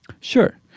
Sure